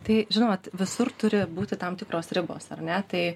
tai žinot visur turi būti tam tikros ribos ar ne tai